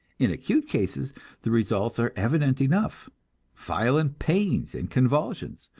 in acute cases the results are evident enough violent pains and convulsions,